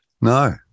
No